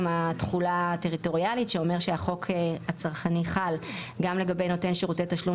התכולה הטריטוריאלית שאומר שהחוק הצרכני חל גם לגבי נותן שירותי תשלום